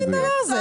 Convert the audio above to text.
איזה מן דבר זה?